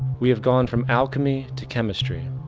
we have gone from alchemy to chemistry,